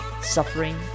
suffering